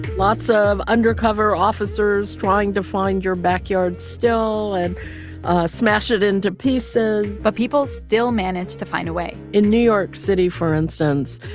lots ah of undercover officers trying to find your backyard still and smash it into pieces but people still managed to find a way in new york city, for instance,